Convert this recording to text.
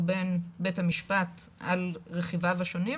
או בין בית המשפט על רכיביו השונים,